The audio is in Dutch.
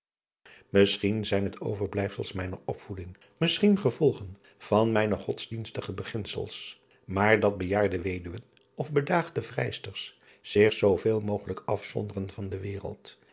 isschien zijn het overblijfsels mijner opvoeding misschien gevolgen van mijne godsdienstige beginsels maar dat bejaarde weduwen of bedaagde vrijsters zich zooveel mogelijk afzonderen van de wereld